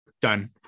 done